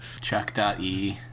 Chuck.e